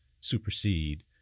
supersede